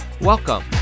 welcome